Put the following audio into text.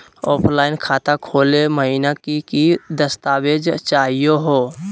Online खाता खोलै महिना की की दस्तावेज चाहीयो हो?